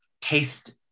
taste